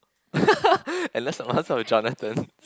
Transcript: and let's talk what's wrong with Jonathan